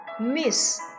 miss